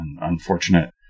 unfortunate